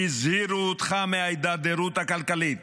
הזהירו אותך מההידרדרות הכלכלית,